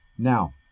Now